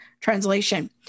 translation